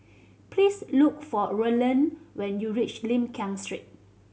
please look for Rolland when you reach Lim Street